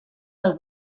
del